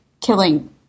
killing